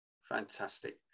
fantastic